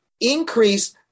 increase